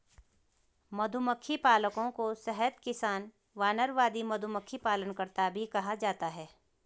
मधुमक्खी पालकों को शहद किसान, वानरवादी, मधुमक्खी पालनकर्ता भी कहा जाता है